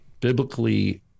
biblically